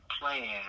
playing